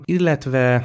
Illetve